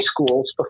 schools